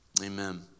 Amen